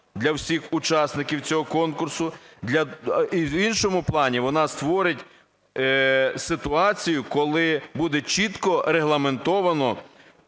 для всіх учасників цього конкурсу, і в іншому плані вона створить ситуацію, коли буде чітко регламентовано